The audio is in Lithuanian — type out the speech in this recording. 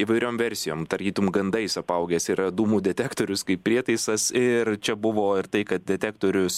įvairiom versijom tarytum gandais apaugęs yra dūmų detektorius kaip prietaisas ir čia buvo ir tai kad detektorius